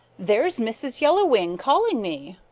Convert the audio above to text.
there's mrs. yellow wing calling me,